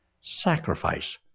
sacrifice